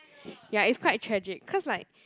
ya it's quite tragic cause like